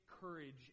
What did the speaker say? courage